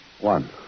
One